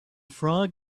frog